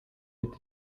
with